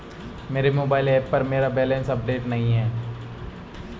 मेरे mobile app पर मेरा बैलेंस अपडेट नहीं हुआ है